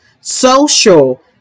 social